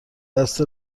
دست